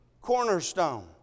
cornerstone